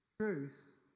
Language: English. truth